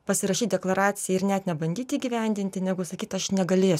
pasirašyt deklaraciją ir net nebandyt įgyvendinti negu sakyt aš negalėsiu